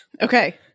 Okay